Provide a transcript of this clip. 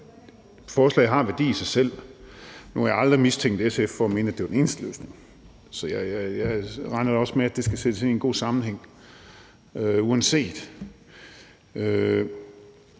forslaget har værdi i sig selv. Nu har jeg aldrig mistænkt SF for at mene, at det var den eneste løsning. Så jeg regner da også med, at det skal sættes ind i en god sammenhæng uanset